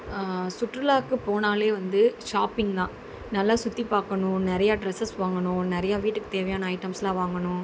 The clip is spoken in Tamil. சுற்றுலாவுக்கு போனாலே வந்து ஷாப்பிங் தான் நல்லா சுற்றிப்பாக்கணும் நிறையா ட்ரெஸ்ஸஸ் வாங்கணும் நிறையா வீட்டுக்கு தேவையான ஐட்டம்ஸ்லாம் வாங்கணும்